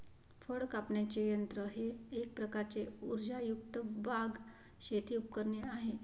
फळ कापण्याचे यंत्र हे एक प्रकारचे उर्जायुक्त बाग, शेती उपकरणे आहे